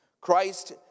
Christ